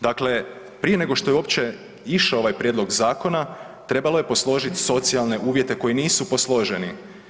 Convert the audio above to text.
Dakle, prije nego što je uopće išao ovaj prijedlog zakona, trebalo je posložiti socijalne uvjete koji nisu posloženi.